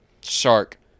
shark